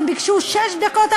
הם ביקשו שש דקות,